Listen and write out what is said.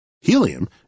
Helium